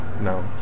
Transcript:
No